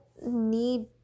need